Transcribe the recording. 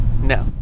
No